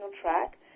track